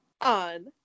on